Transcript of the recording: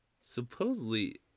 Supposedly